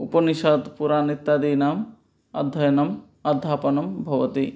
उपनिषद् पुराण इत्यादीनाम् अध्ययनम् अध्यापनं भवति